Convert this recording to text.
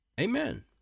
Amen